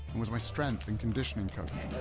was my strength and conditioning coach.